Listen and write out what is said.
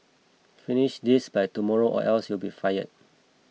finish this by tomorrow or else you'll be fired